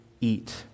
eat